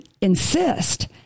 insist